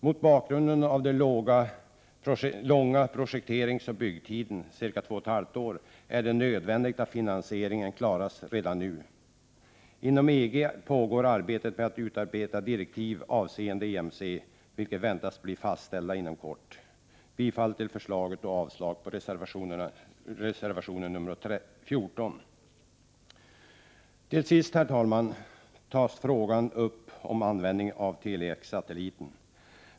Mot bakgrund av den långa projekteringsoch byggtiden, cirka två och ett halvt år, är det nödvändigt att finansieringen klaras redan nu. Inom EG håller man på att utarbeta direktiv avseende EMC, vilka väntas bli fastställda inom kort. Jag yrkar bifall till utskottets hemställan på denna punkt och avslag på reservation 14. Till sist, herr talman, till frågan om användningen av Tele-X-satelliten.